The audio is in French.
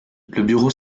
bureau